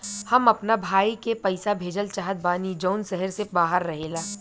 हम अपना भाई के पइसा भेजल चाहत बानी जउन शहर से बाहर रहेला